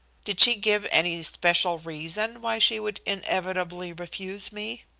did she give any especial reason why she would inevitably refuse me?